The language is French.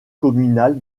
communal